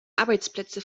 arbeitsplätze